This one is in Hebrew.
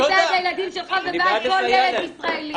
אני בעד הילדים שלך ובעד כל ילד ישראלי.